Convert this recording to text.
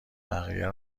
بقیه